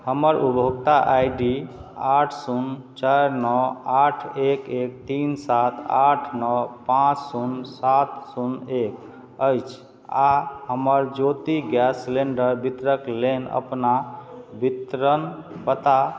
हमर उपभोक्ता I D आठ शून्य चारि नओ आठ एक एक तीन सात आठ नओ पाँच शून्य सात शून्य एक अछि आ हमर ज्योति गैस सिलेंडर वितरक लेन अपना वितरण पता